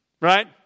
right